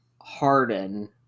Harden